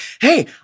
hey